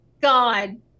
God